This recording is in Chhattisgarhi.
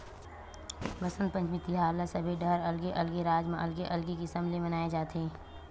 बसंत पंचमी तिहार ल सबे डहर अलगे अलगे राज म अलगे अलगे किसम ले मनाए जाथे